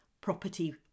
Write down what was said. property